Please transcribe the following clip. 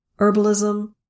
herbalism